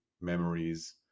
memories